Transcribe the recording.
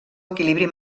equilibri